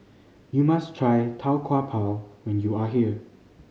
you must try Tau Kwa Pau when you are here